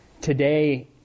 today